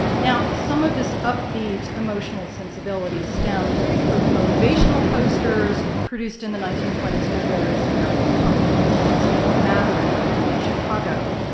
now, some of this upbeat emotional sensibility stemmed from the motivational posters produced in the nineteen twenty s by various american companies, such as mather and company in chicago.